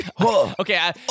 Okay